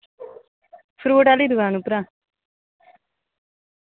fruit आह्ली दुकान उप्परा